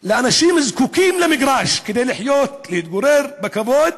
אנשים שזקוקים למגרש כדי לחיות, להתגורר בכבוד,